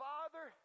Father